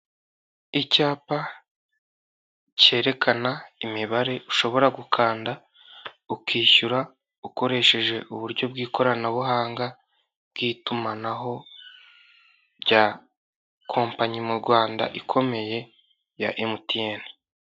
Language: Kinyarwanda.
Icyapa cyerekana imibare ushobora gukanda ukishyura ukoresheje uburyo bw'ikoranabuhanga bw'itumanaho rya kompanyi mu Rwanda ikomeye ya MTN.